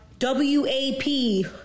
WAP